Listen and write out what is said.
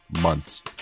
months